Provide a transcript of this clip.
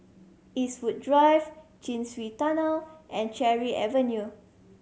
Eastwood Drive Chin Swee Tunnel and Cherry Avenue